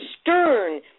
stern